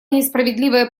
несправедливое